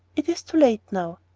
it is too late now.